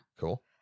Cool